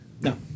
No